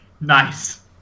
Nice